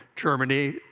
Germany